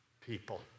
people